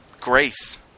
Grace